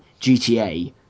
GTA